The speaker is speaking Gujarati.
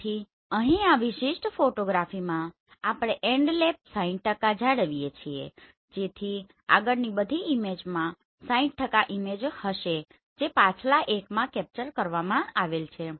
તેથી અહીં આ વિશિષ્ટ ફોટોગ્રાફીમાં આપણે એન્ડલેપ 60 જાળવીએ છીએ જેથી આગળની બધી ઈમેજોમાં 60 ઈમેજો હશે જે પાછલા એકમાં કેપ્ચર કરવામાં આવેલ છે